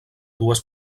dues